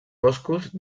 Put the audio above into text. boscos